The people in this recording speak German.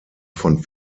von